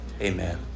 amen